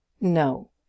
No